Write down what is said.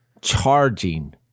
charging